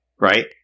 right